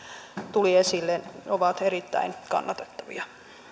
tuli esille ovat erittäin kannatettavia